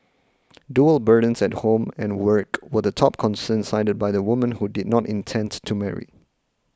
dual burdens at home and work were the top concern cited by the women who did not intend to marry